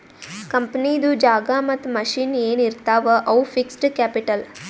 ಕಂಪನಿದು ಜಾಗಾ ಮತ್ತ ಮಷಿನ್ ಎನ್ ಇರ್ತಾವ್ ಅವು ಫಿಕ್ಸಡ್ ಕ್ಯಾಪಿಟಲ್